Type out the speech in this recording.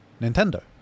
Nintendo